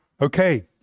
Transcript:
Okay